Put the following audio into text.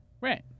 right